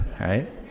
right